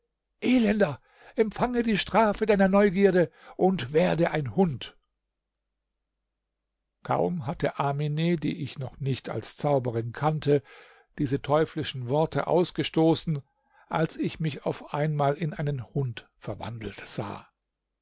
elender empfange die strafe deiner neugierde und werde ein hund kaum hatte amine die ich noch nicht als zauberin kannte diese teuflischen worte ausgestoßen als ich mich auf einmal in einen hund verwandelt sah